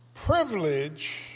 Privilege